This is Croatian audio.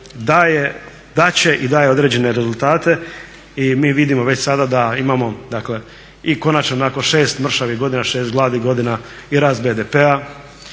daje, dati će i daje određene rezultate. I mi vidimo već sada da imamo dakle i konačno nakon 6 mršavih godina, 6 gladnih godina i rast BDP-a,